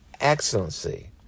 excellency